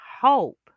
hope